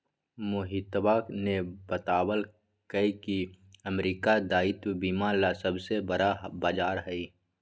मोहितवा ने बतल कई की अमेरिका दायित्व बीमा ला सबसे बड़ा बाजार हई